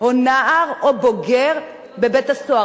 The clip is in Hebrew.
או נער או בוגר בבית-הסוהר?